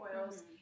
oils